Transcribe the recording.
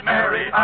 Mary